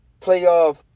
playoff